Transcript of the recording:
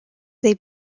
they